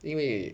因为